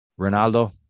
Ronaldo